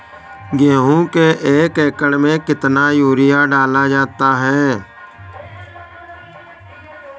गेहूँ के एक एकड़ में कितना यूरिया डाला जाता है?